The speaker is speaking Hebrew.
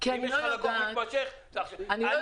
אם יש לך לקוח מתמשך --- כי אני לא